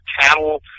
cattle